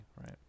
right